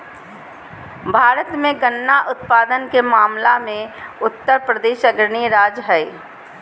भारत मे गन्ना उत्पादन के मामले मे उत्तरप्रदेश अग्रणी राज्य हय